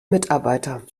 mitarbeiter